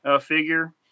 figure